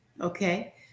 Okay